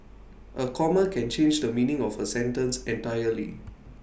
A comma can change the meaning of A sentence entirely